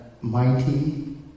mighty